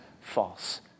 false